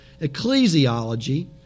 ecclesiology